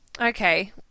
Okay